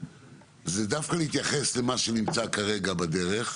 זה דווקא להתייחס למה שנמצא כרגע בדרך,